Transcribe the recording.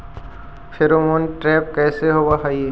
Pheromone trap कैसे होब हई?